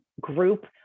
group